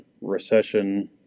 recession